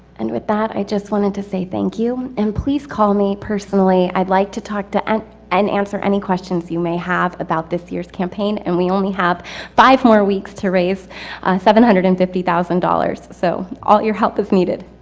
and with that i just wanted to say thank you. and please call me personally, i'd like to talk to and answer any questions you may have about this year's campaign. and we only have five more weeks to raise seven hundred and fifty thousand dollars. so all your help is needed.